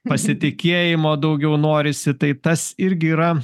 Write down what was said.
pasitikėjimo daugiau norisi tai tas irgi yra